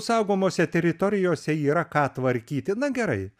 saugomose teritorijose yra ką tvarkyti na gerai